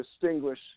distinguish